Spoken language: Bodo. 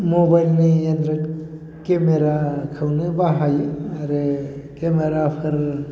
मबाइलनि एन्डरय'ड केमेराखौनो बाहायो आरो केमेराफोर